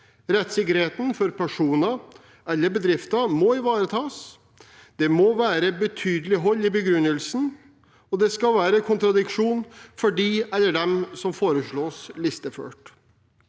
Rettssikkerheten for personer og bedrifter må ivaretas, det må være betydelig hold i begrunnelsen, og det skal være kontradiksjon for den eller dem som foreslås listeført.